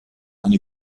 eine